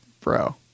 bro